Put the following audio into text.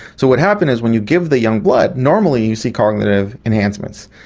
so what happened is when you give the young blood, normally you see cognitive enhancements,